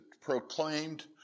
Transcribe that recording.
proclaimed